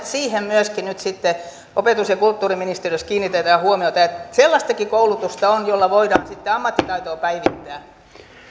siihen myöskin nyt sitten opetus ja kulttuuriministeriössä kiinnitetään huomiota ja sellaistakin koulutusta on jolla voidaan sitten ammattitaitoa päivittää